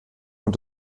und